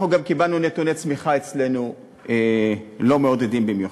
אנחנו גם קיבלנו אצלנו נתוני צמיחה לא מעודדים במיוחד.